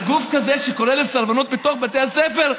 אז גוף כזה, שקורא לסרבנות בתוך בתי הספר?